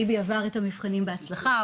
ליבי עבר את המבחנים בהצלחה,